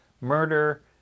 murder